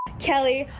kelly,